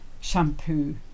shampoo